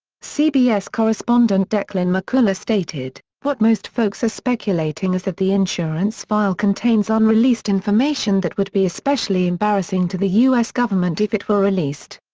cbs correspondent declan mccullagh stated, what most folks are speculating is that the insurance file contains unreleased information that would be especially embarrassing to the us government if it were released.